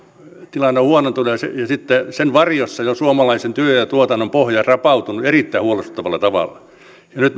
tilanne on huonontunut ja sitten sen varjossa jo suomalaisen työn ja tuotannon pohja rapautunut erittäin huolestuttavalla tavalla nyt